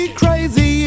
crazy